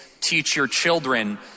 teach-your-children